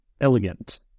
elegant